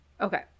Okay